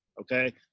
okay